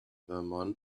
vermont